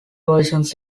versions